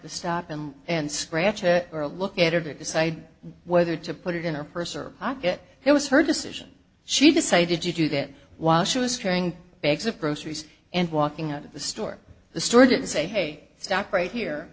to stop him and scratch it or look at her to decide whether to put it in her purse or pocket it was her decision she decided to do that while she was trying bags of groceries and walking out of the store the store didn't say hey stop right here